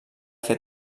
fer